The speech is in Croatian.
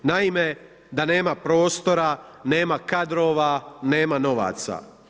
Naime, da nema prostora, nema kadrova, nema novaca.